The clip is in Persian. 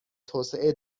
توسعه